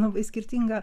labai skirtingą